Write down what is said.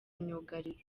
myugariro